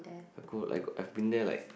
the cool like I've been there like